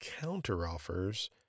counteroffers